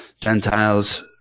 Gentiles